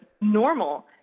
normal